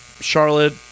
Charlotte